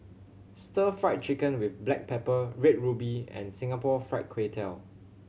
Stir Fried Chicken with black pepper Red Ruby and Singapore Fried Kway Tiao